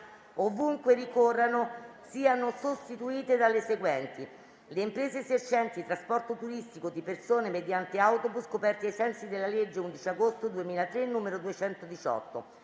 ovunque ricorrano, siano sostituite dalle seguenti: "le imprese esercenti trasporto turistico di persone mediante autobus coperti ai sensi della legge 11 agosto 2003, n. 218";